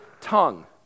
tongue